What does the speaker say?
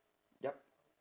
yup